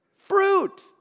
fruit